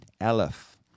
Aleph